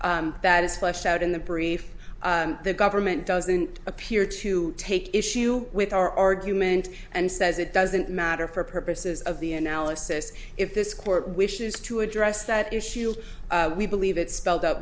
is flush out in the brief the government doesn't appear to take issue with our argument and says it doesn't matter for purposes of the analysis if this court wishes to address that issue we believe it's spelled